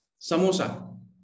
Samosa